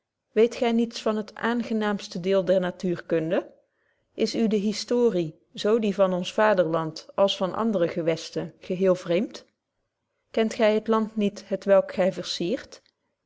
weet gy niets van het aangenaamste deel der natuurkunde is u de historie zo die van ons vaderland als van andere gewesten geheel vreemd kent gy het land niet t welk gy versiert